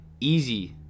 easy